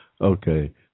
okay